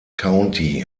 county